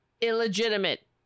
illegitimate